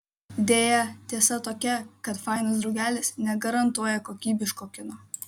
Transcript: deja tiesa tokia kad fainas draugelis negarantuoja kokybiško kino